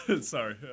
sorry